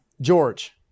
George